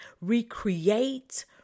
recreate